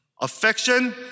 Affection